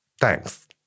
Thanks